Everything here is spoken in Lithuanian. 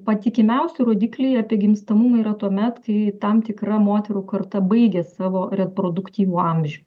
patikimiausi rodikliai apie gimstamumą yra tuomet kai tam tikra moterų karta baigia savo reproduktyvų amžių